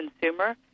consumer